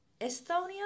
Estonia